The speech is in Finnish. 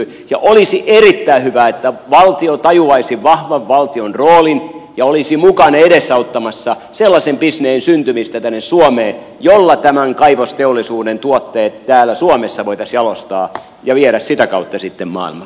ja olisi erittäin hyvä että valtio tajuaisi vahvan valtion roolin ja olisi mukana edesauttamassa sellaisen bisneksen syntymistä tänne suomeen jolla tämän kaivosteollisuuden tuotteet täällä suomessa voitaisiin jalostaa ja viedä sitä kautta sitten maailmalle